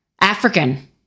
African